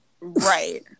right